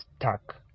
stuck